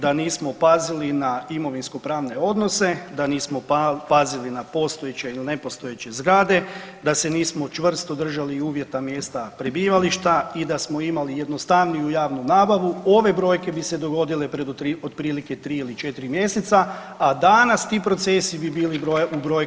Da nismo pazili na imovinsko-pravne odnose, da nismo pazili na postojeće ili nepostojeće zgrade, da se nismo čvrsto držali uvjeta mjesta prebivališta i da smo imali jednostavniju javnu nabavu ove brojke bi se dogodile pred od prilike 3 ili 4 mjeseca, a danas ti procesi bi bili u brojkama daleko veći.